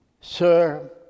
Sir